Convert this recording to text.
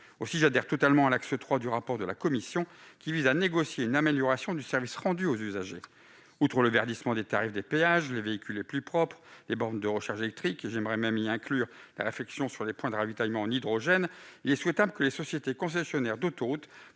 Aussi, j'adhère totalement à l'axe 3 du rapport de la commission qui vise à négocier une amélioration du service rendu aux usagers. La réflexion porte sur le verdissement des tarifs des péages, les véhicules les plus propres, les bornes de recharge électrique, auxquels j'aimerais inclure les points de ravitaillement en hydrogène. En outre, il serait souhaitable que les sociétés concessionnaires d'autoroutes